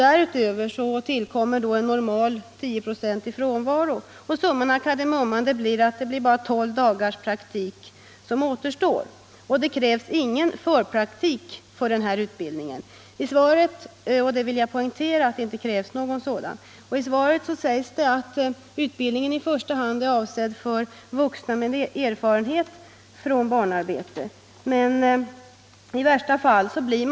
Därutöver kommer normalt ca 10 96 frånvaro, varför summan av kardemumman blir att bara tolv dagars praktik återstår. Och jag vill poängtera att det inte krävs någon förpraktik för den här utbildningen. I svaret sägs att utbildningen i första hand är avsedd för vuxna som har erfarenhet från arbete med barn.